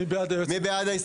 מי בעד?